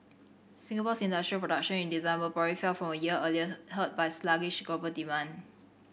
Singapore's industrial production in December probably fell from a year earlier hurt by sluggish global demand